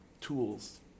tools